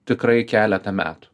tikrai keletą metų